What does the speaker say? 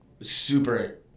Super